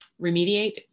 remediate